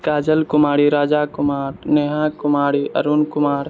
Kajal Kumari Raja Kumar Neha Kumari Arun Kumar